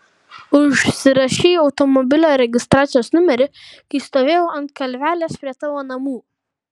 užsirašei automobilio registracijos numerį kai stovėjau ant kalvelės prie tavo namų